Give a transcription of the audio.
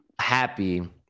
happy